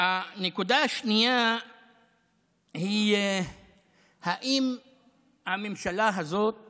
הנקודה השנייה היא האם הממשלה הזאת